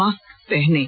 mask पहनें